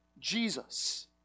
Jesus